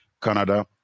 Canada